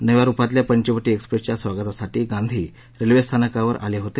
नव्या रूपातल्या पंचवटी एक्सप्रेसच्या स्वागतासाठी गांधी रेल्वेस्थानकावर आले होते